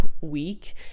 week